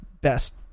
best